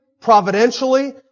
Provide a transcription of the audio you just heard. providentially